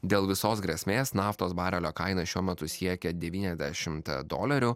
dėl visos grėsmės naftos barelio kaina šiuo metu siekia devyniasdešimt dolerių